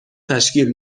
تشکیل